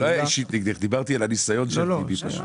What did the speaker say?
דיברתי על הניסיון של טיבי.